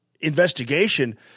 investigation